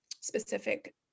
specific